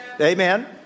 Amen